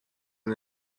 این